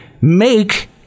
make